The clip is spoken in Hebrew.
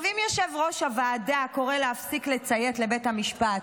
אם יושב-ראש הוועדה קורא להפסיק לציית לבית המשפט,